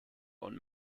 und